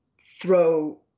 throw